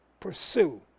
Pursue